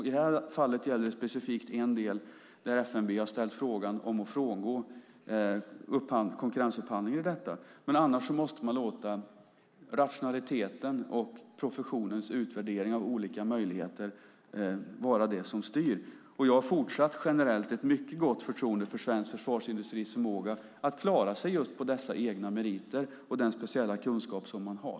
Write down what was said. I detta fall gäller det specifikt en del där FMV har ställt frågan om att frångå konkurrensupphandlingen i detta, men annars måste man låta rationaliteten och professionens utvärdering av olika möjligheter vara det som styr. Jag har fortsatt ett mycket gott förtroende för svensk försvarsindustris förmåga att klara sig på de egna meriterna och den speciella kunskap som man har.